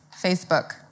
Facebook